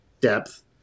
depth